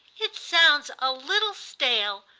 it sounds a little stale,